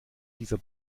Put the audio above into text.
dieser